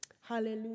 Hallelujah